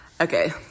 Okay